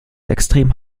extrem